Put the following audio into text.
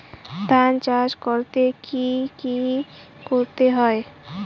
ধান চাষ করতে কি কি করতে হয়?